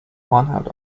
hornhaut